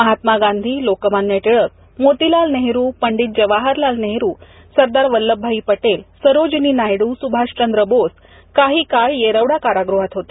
महाल्मा गांधी लोकमान्य टिळक मोतीलाल नेहरु पंडीत जवाहरलाल नेहरु सरदार वल्लभभाई पटेल सरोजिनी नायडू सुभाषचंद्र बोस काही काळ यैरवडा कारागृहात होते